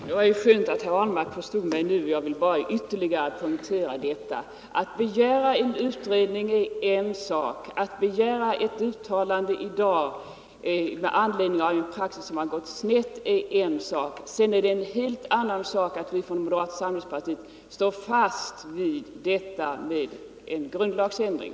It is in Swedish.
Herr talman! Det var ju skönt att herr Ahlmark förstod mig nu. Jag vill bara ytterligare poängtera detta. Att begära en utredning eller att begära ett uttalande med anledning av en praxis som har gått snett är en sak. Det hindrar inte att vi i moderata samlingspartiet står fast vid förslaget till grundlagsändring.